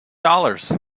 dollars